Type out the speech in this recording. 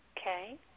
Okay